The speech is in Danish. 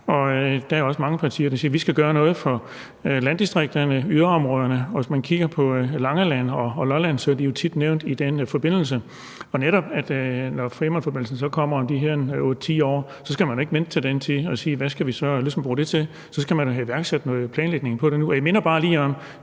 der er også mange partier, der siger, at vi skal gøre noget for landdistrikterne, yderområderne, og hvis man kigger på Langeland og Lolland, kan man se, at de jo tit er nævnt i den forbindelse. Netop når Femernforbindelsen så kommer om de her 8-10 år, skal man ikke vente til den tid med at finde ud af, hvad vi så ligesom skal bruge det til; så skal man da have iværksat noget planlægning på det nu. Jeg minder bare lige om,